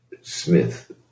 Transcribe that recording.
Smith